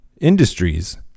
industries